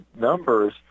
numbers